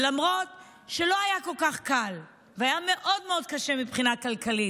ולמרות שלא היה כל כך קל והיה מאוד מאוד קשה מבחינה כלכלית,